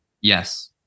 Yes